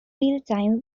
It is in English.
realtime